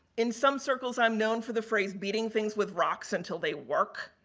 in some circles, i'm known for the phrase beating things with rocks until they work.